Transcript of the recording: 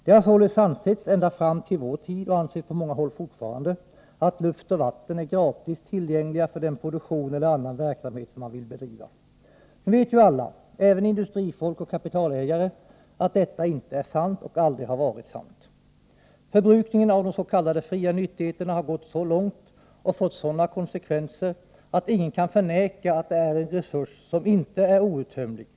Det har således ansetts ända fram till vår tid, och anses på många håll fortfarande, att luft och vatten är gratis tillgängliga för den produktion eller annan verksamhet som man vill bedriva. Nu vet alla, även industrifolk och kapitalägare, att detta inte är sant och aldrig har varit sant. Förbrukningen av de s.k. fria nyttigheterna har gått så långt och fått sådana konsekvenser att ingen kan förneka att det är en resurs som inte är outtömlig.